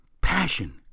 Passion